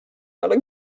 ale